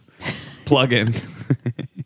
plugin